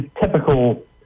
typical